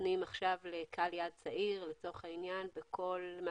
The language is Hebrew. נותנים עכשיו לקהל יעד צעיר בכל מה